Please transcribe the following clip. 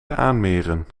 aanmeren